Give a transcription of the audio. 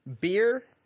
beer